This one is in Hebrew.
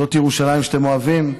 זאת ירושלים שאתם אוהבים?